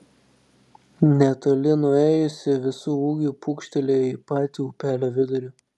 netoli nuėjusi visu ūgiu pūkštelėjo į patį upelio vidurį